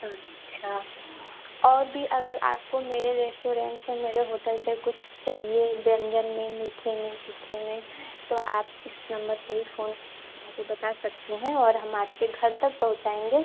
अच्छा और भी अगर आपको मेरे रेस्टोरेन्ट से मेरे होटल से कुछ चहिए व्यंजन में मीठे में तीखे में तो आप इस नम्बर पर ही फ़ोन हमको बता सकती हैं और हम आपके घर तक पहुचाएँगे